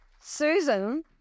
Susan